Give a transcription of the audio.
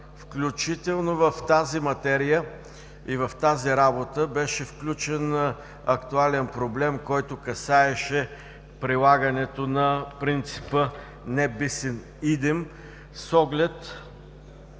включително в тази материя и в тази работа беше включен актуален проблем, който касаеше прилагането на принципа „non bis in idemi“ с оглед